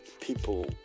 people